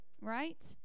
right